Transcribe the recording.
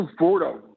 Conforto